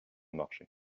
marcher